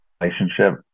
relationship